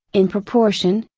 in proportion,